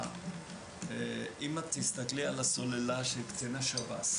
אם תסתכלי על הסוללה של קציני שב"ס